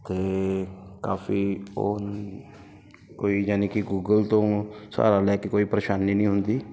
ਅਤੇ ਕਾਫ਼ੀ ਉਹ ਨ ਕੋਈ ਯਾਨੀ ਕਿ ਗੂਗਲ ਤੋਂ ਸਹਾਰਾ ਲੈ ਕੇ ਕੋਈ ਪਰੇਸ਼ਾਨੀ ਨਹੀਂ ਹੁੰਦੀ